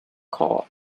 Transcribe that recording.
caught